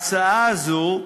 הזו,